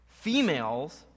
Females